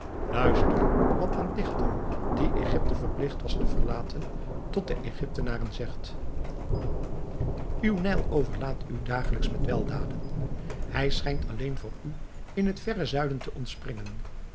luister wat een dichter die egypte verpligt was te verlaten tot de egyptenaren zegt uw nijl overlaadt u dagelijks met weldaden hij schijnt alleen voor u in het verre zuiden te ontspringen